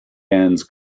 annes